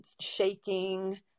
shaking